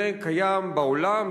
זה קיים בעולם,